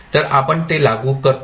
तर आपण ते लागू करतो